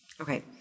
Okay